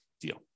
deal